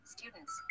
Students